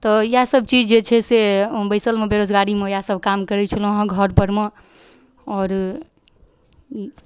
तऽ इएह सब चीज जे छै से बैसलमे बेरोजगारीमे इएह सब काम करै छलहुँ हँ घरपर मे आओर ई